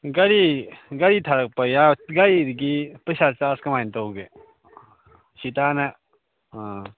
ꯒꯥꯔꯤ ꯒꯥꯔꯤ ꯊꯥꯔꯛꯄ ꯒꯥꯔꯤꯒꯤ ꯄꯩꯁꯥ ꯆꯥꯔꯖ ꯀꯃꯥꯏꯅ ꯇꯧꯒꯦ ꯁꯤ ꯇꯥꯟꯅ ꯑꯥ